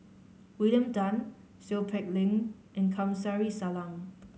William Tan Seow Peck Leng and Kamsari Salam